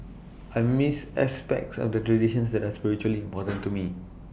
I missed aspects of the traditions that are spiritually important to me